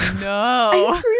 no